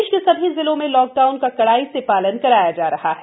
प्रदेश के सभी जिलों में लॉकडाउन का कड़ाई से पालन कराया जा रहा है